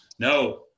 No